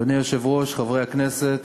אדוני היושב-ראש, חברי הכנסת,